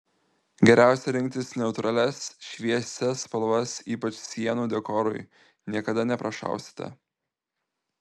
geriausia rinktis neutralias šviesias spalvas ypač sienų dekorui niekada neprašausite